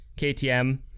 KTM